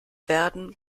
werden